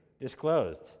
disclosed